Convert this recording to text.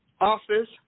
Office